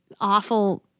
awful